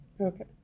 okay